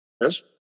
yes